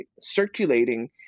circulating